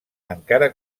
encara